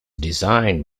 designed